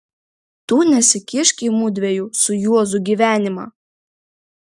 tu nesikišk į mudviejų su juozu gyvenimą